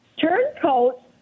turncoats